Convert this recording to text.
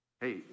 Hey